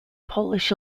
polish